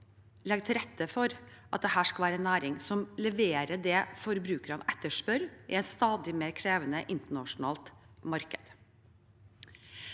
til rette for at dette skal være en næring som leverer det forbrukerne etterspør, i et stadig mer krevende internasjonalt marked.